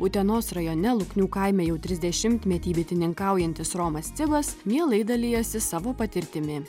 utenos rajone luknių kaime jau trisdešimtmetį bitininkaujantis romas cibas mielai dalijasi savo patirtimi